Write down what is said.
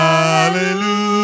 Hallelujah